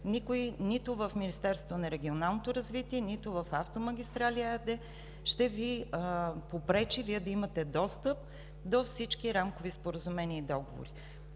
никой – нито в Министерството на регионалното развитие, нито в „Автомагистрали“ ЕАД, ще Ви попречи да имате достъп до всички рамкови споразумения и договори.